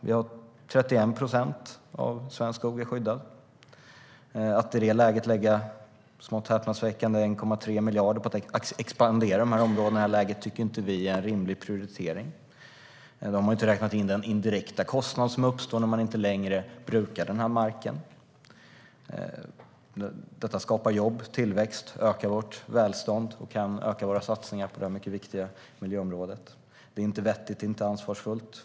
Av den svenska skogen är 31 procent skyddad. Att i det läget lägga smått häpnadsväckande 1,3 miljarder på att expandera dessa områden tycker vi inte är en rimlig prioritering. Då har man inte heller räknat in den indirekta kostnad som uppstår när marken inte längre brukas. Att det skapar jobb, tillväxt och ökar vårt välstånd om vi kan öka våra satsningar på detta miljöområde är inte vettigt och inte ansvarsfullt.